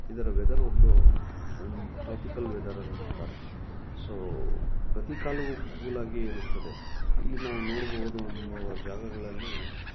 ಇದರ ವೆದರ್ ಒಂದು tropical weather ಅನ್ನುತ್ತಾರೆ ಸೋ ಪ್ರತಿ ಕಾಲವು ಕೂಲಾಗೇ ಇರುತ್ತದೆ ಇಲ್ಲಿ ನಾವು ನೋಡ್ಬೋದು ಅನ್ನುವ ಜಾಗಗಳಲ್ಲಿ